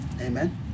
Amen